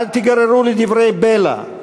אל תיגררו לדברי בלע,